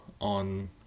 on